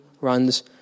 runs